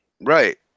right